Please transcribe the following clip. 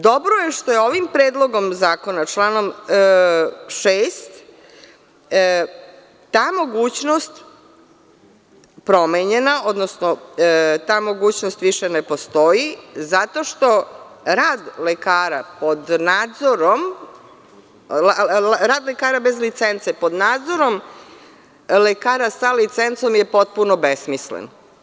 Dobro je što je ovim Predlogom zakona, članom 6, ta mogućnost promenjena, odnosno ta mogućnost više ne postoji, zato što rad lekara bez licence, pod nadzorom lekara sa licencom je potpuno besmislen.